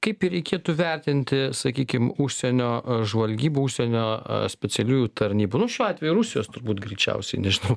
kaip reikėtų vertinti sakykim užsienio žvalgybų užsienio specialiųjų tarnybų nu šiuo atveju rusijos turbūt greičiausiai nežinau